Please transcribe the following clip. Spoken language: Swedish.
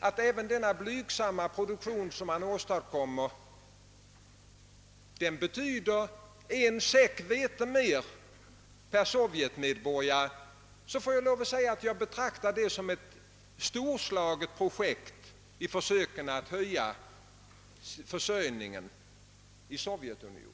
att även den blygsamma produktion som man åstadkommer där betyder en säck vete mer per sovjetmedborgare, måste vi ändå se detta som ett storslaget projekt i försöken att förbättra försörjningen i Sovjetunionen.